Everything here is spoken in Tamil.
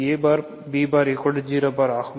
a bar b bar 0 bar ஆகும்